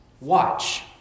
Watch